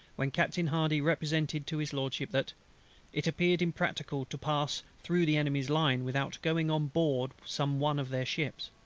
when captain hardy represented to his lordship, that it appeared impracticable to pass through the enemy's line without going on board some one of their ships.